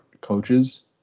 coaches